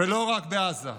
ולא רק בעזה,